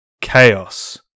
Chaos